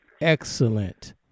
excellent